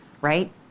right